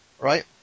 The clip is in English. right